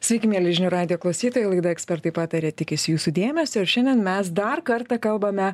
sveiki mieli žinių radijo klausytojai laidoje ekspertai pataria tikisi jūsų dėmesio šiandien mes dar kartą kalbame